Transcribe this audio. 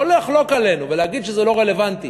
יכול היה לחלוק עלינו ולהגיד שזה לא רלוונטי,